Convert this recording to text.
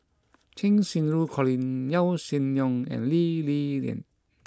Cheng Xinru Colin Yaw Shin Leong and Lee Li Lian